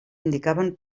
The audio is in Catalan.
indicaven